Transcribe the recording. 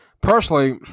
Personally